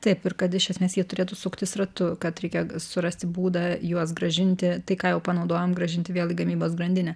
taip ir kad iš esmės jie turėtų suktis ratu kad reikia surasti būdą juos grąžinti tai ką jau panaudojom grąžinti vėl į gamybos grandinę